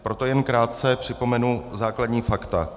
Proto jen krátce připomenu základní fakta.